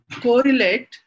correlate